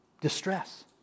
distress